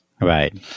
Right